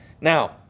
Now